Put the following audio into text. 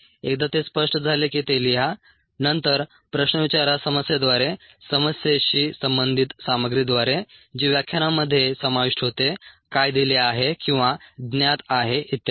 एकदा ते स्पष्ट झाले की ते लिहा नंतर प्रश्न विचारा समस्येद्वारे समस्येशी संबंधित सामग्रीद्वारे जे व्याख्यानांमध्ये समाविष्ट होते काय दिले आहे किंवा ज्ञात आहे इत्यादी